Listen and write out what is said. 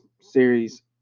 series